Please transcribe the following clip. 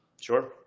Sure